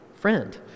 Friend